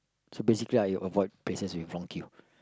so basically I avoid places with long queue